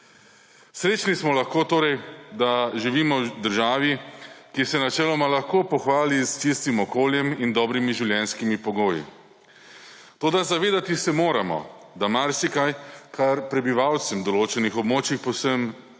Srečni smo lahko torej, da živimo v državi, ki se načeloma lahko pohvali s čistim okoljem in dobrimi življenjskimi pogoji. Toda zavedati se moramo, da marsikaj, kar je prebivalcem določenih območij povsem